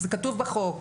זה כתוב בחוק.